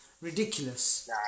ridiculous